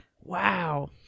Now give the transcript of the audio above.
Wow